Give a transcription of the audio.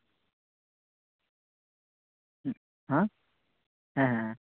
ᱦᱩᱸ ᱦᱟᱸ ᱦᱮᱸ ᱦᱮᱸ